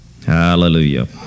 Hallelujah